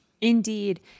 Indeed